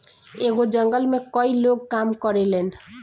एगो जंगल में कई लोग काम करेलन